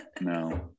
no